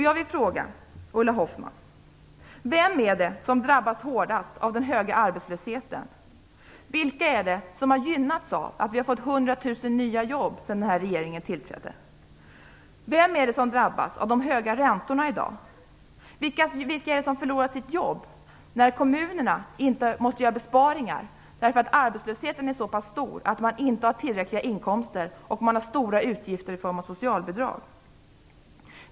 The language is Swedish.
Jag vill fråga Ulla Hoffmann: Vem är det som drabbas hårdast av den höga arbetslösheten? Vilka är det som har gynnats av att vi har fått 100 000 nya jobb sedan den här regeringen tillträdde? Vem är det som drabbas av de höga räntorna i dag? Vilka är det som förlorar sitt jobb när kommunerna måste göra besparingar därför att arbetslösheten är så pass stor att man inte har tillräckliga inkomster och man har stora utgifter i form av socialbidrag?